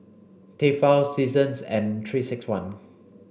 Tefal Seasons and three six one